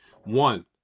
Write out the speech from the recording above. one